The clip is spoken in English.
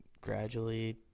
gradually